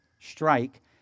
strike